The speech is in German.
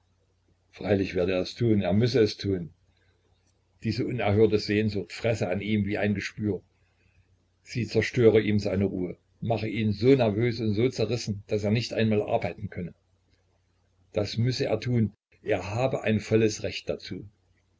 freilich werde er es tun er müsse es tun diese unerhörte sehnsucht fresse an ihm wie ein geschwür sie zerstöre ihm seine ruhe mache ihn so nervös und so zerrissen daß er nicht einmal arbeiten könne das müsse er tun und er habe ein volles recht dazu